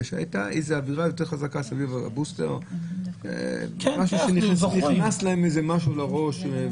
זה כי הייתה איזו אווירה יותר חזקה סביב הבוסטר ונכנס להם משהו לראש.